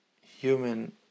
human